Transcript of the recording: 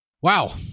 Wow